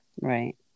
right